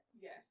Yes